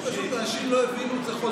פשוט אנשים לא הבינו את החוק במקור.